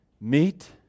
Meet